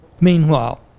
Meanwhile